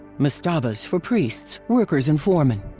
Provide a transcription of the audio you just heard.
mastabas for priests, workers and foremen.